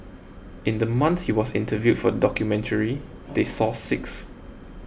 in the month he was interviewed for documentary they saw six